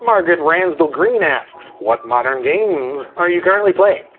margaret ramsdell-green asks, what modern games are you currently playing?